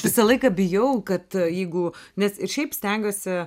visą laiką bijau kad jeigu nes ir šiaip stengiuosi